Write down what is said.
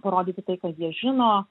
parodyti tai kad jie žino